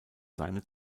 seine